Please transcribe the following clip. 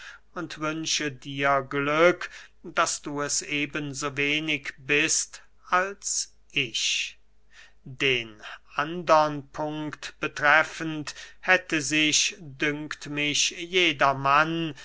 und wünsche dir glück daß du es eben so wenig bist als ich den andern punkt betreffend hätte sich dünkt mich jeder